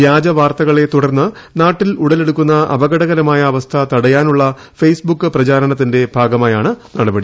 വ്യാജ വാർത്തകളെ തുടർന്ന് നാട്ടിൽ ഉടലെടുക്കുന്ന അപകടകരമായ അവസ്ഥ തടയാനുള്ള ഫെയ്സ് ബുക്ക് പ്രചാരണത്തിന്റെ ഭാഗമായാണ് നടപടി